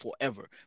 forever